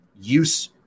use